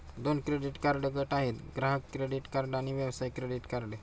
दोन credit card गट आहेत, ग्राहक क्रेडिट कार्ड आणि व्यवसाय क्रेडिट कार्ड